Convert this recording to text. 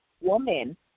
woman